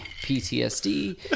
PTSD